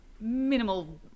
minimal